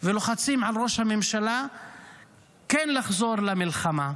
ולוחצים על ראש הממשלה כן לחזור למלחמה.